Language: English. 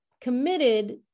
committed